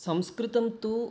संस्कृतं तु